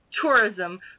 tourism